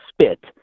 spit